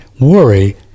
worry